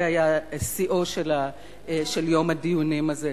זה היה שיאו של יום הדיונים הזה.